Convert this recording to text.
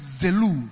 zelu